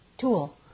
tool